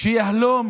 שיהלום